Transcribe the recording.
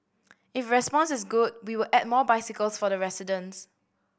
if response is good we will add more bicycles for the residents